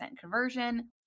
conversion